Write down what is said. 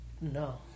no